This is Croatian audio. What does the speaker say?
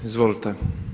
Izvolite.